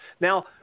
now